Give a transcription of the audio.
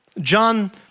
John